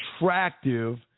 attractive